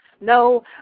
No